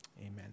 amen